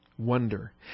Wonder